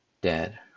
dead